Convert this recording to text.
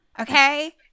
Okay